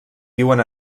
viuen